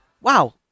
wow